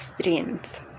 strength